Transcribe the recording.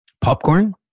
Popcorn